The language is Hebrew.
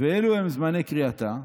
"ואלו הן זמני קריאתה: